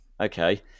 Okay